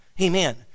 Amen